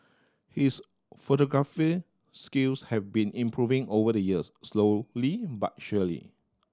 he is photography skills have been improving over the years slowly but surely